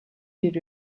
bir